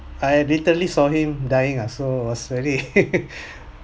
I literally saw him dying ah so I was very